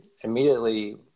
Immediately